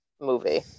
movie